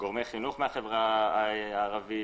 גורמי חינוך בחברה הערבית,